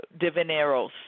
divineros